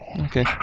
Okay